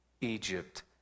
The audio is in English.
Egypt